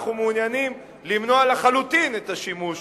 אנחנו מעוניינים למנוע לחלוטין את השימוש